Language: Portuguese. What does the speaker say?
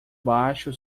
baixo